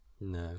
No